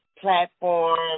platform